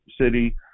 City